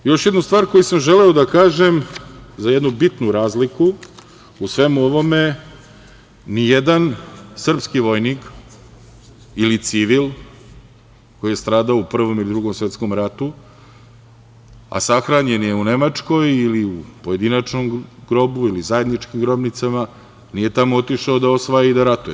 Još jednu stvar koju sam želeo da kažem, za jednu bitnu razliku u svemu o ovome nijedan srpski vojnik ili civil koji je stradao u Prvom ili Drugom svetskom ratu, a sahranjen je u Nemačkoj ili u pojedinačnom grobu ili zajedničkim grobnicama, nije tamo otišao da osvaja ili da ratuje.